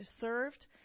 served